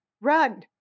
run